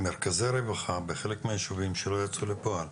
מרכזי רווחה בחלק מהישובים שלא יצאו לפועל,